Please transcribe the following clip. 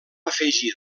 afegir